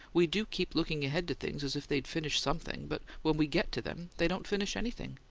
we do keep looking ahead to things as if they'd finish something, but when we get to them, they don't finish anything.